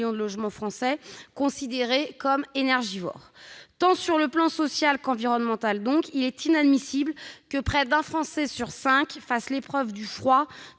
de logements français qui sont considérés comme énergivores. Sur le plan tant social qu'environnemental, il est inadmissible que près d'un Français sur cinq fasse l'épreuve du froid,